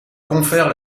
confère